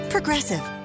Progressive